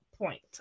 point